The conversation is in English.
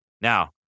Now